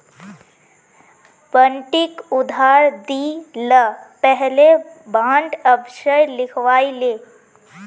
बंटिक उधार दि ल पहले बॉन्ड अवश्य लिखवइ ले